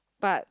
but